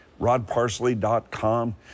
rodparsley.com